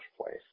place